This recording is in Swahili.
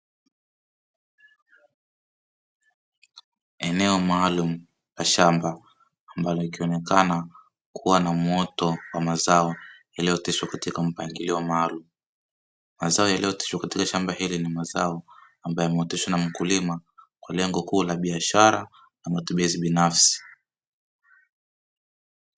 Eneo maalumu la shamba ambalo likionekana kuwa na uwoto wa mazao yaliyooteshwa katika mpangilio maalumu. Mazao yaliyooteshwa katika shamba hili ni mazao ambayo yameoteshwa na mkulima kwa lengo kuu la biashara na matumizi binafsi.